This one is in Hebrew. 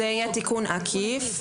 זה יהיה תיקון עקיף.